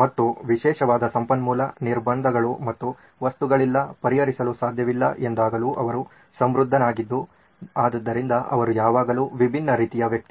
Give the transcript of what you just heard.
ಮತ್ತು ವಿಶೇಷವಾದ ಸಂಪನ್ಮೂಲ ನಿರ್ಬಂಧಗಳು ಮತ್ತು ವಸ್ತುಗಳಿಲ್ಲ ಪರಿಹರಿಸಲು ಸಾಧ್ಯವಿಲ್ಲ ಎಂದಾಗಲು ಅವರು ಸಮೃದ್ಧನಾಗಿದ್ದು ಆದ್ದರಿಂದ ಅವರು ಯಾವಾಗಲೂ ವಿಭಿನ್ನ ರೀತಿಯ ವ್ಯಕ್ತಿ